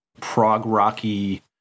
prog-rocky